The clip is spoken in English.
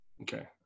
okay